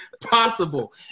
possible